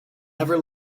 never